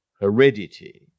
heredity